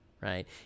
right